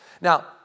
Now